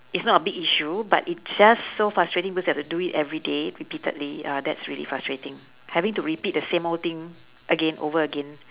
it's not a big issue but it just so frustrating because you have to do it everyday repeatedly uh that's really frustrating having to repeat the same old thing again over again